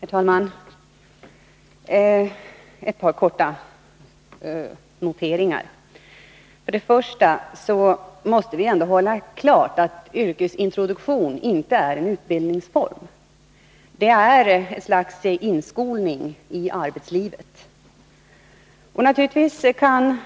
Herr talman! Ett par korta noteringar! Vi måste först och främst göra klart för oss att yrkesintroduktion inte är någon utbildningsform. Den är ett slags inskolning i arbetslivet. Naturligtvis kan en